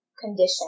condition